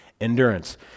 endurance